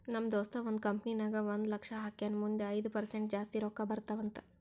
ನಮ್ ದೋಸ್ತ ಒಂದ್ ಕಂಪನಿ ನಾಗ್ ಒಂದ್ ಲಕ್ಷ ಹಾಕ್ಯಾನ್ ಮುಂದ್ ಐಯ್ದ ಪರ್ಸೆಂಟ್ ಜಾಸ್ತಿ ರೊಕ್ಕಾ ಬರ್ತಾವ ಅಂತ್